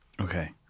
Okay